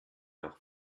auch